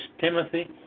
Timothy